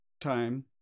time